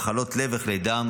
מחלות לב וכלי דם,